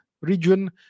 region